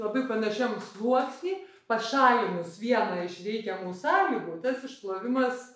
labai panašiam sluoksny pašalinus vieną iš veikiamų sąlygų tas išplovimas